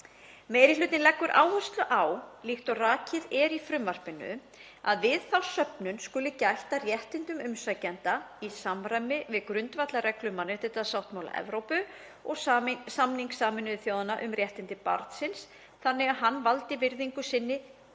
Meiri hlutinn leggur áherslu á, líkt og rakið er í frumvarpinu, að við þá söfnun skuli gætt að réttindum umsækjanda í samræmi við grundvallarreglur mannréttindasáttmála Evrópu og samning Sameinuðu þjóðanna um réttindi barnsins þannig að hann haldi virðingu sinni þótt